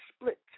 split